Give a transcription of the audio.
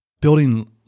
building